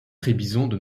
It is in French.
trébizonde